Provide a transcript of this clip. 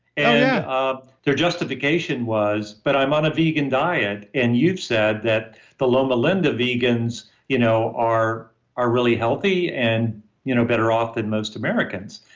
and yeah um their justification was, but i'm on a vegan diet, and you've said that the loma linda vegans you know are are really healthy and you know better off than most americans.